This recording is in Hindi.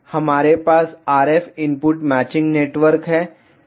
हमारे पास RF इनपुट मैचिंग नेटवर्क है